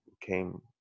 came